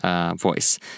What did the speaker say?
voice